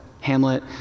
Hamlet